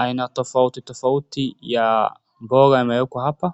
Aina tofauti tofauti ya mboga yamewekwa hapa.